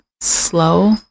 slow